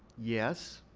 yes.